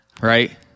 right